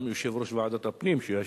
גם יושב-ראש ועדת הפנים שישב,